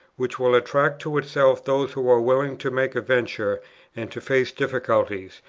which will attract to itself those who are willing to make a venture and to face difficulties,